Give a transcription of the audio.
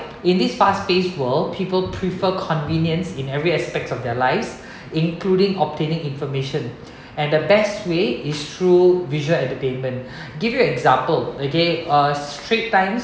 in this fast paced world people prefer convenience in every aspects of their lives including obtaining information and the best way is through visual entertainment give you an example okay uh straits times